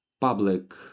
public